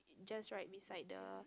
just right beside the